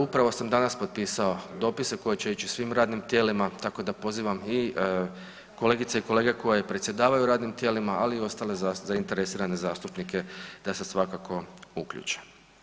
Upravo sam danas potpisao dopise koji će ići svim radnim tijelima, tako da pozivam i kolegice i kolege koje predsjedavaju radnim tijelima, ali i ostale zainteresirane zastupnike da se svakako uključe.